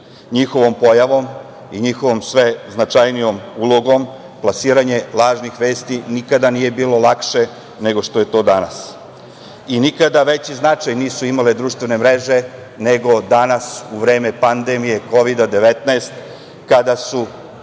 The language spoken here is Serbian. Njihovom pojavom i njihovom sve značajnijom ulogom, plasiranje lažnih vesti nikada nije bilo lakše, nego što je to danas. Nikada veći značaj nisu imale društvene mreže nego danas u vreme pandemije Kovida 19, kada su